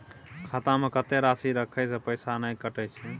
खाता में कत्ते राशि रखे से पैसा ने कटै छै?